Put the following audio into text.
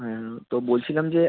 হ্যাঁ তো বলছিলাম যে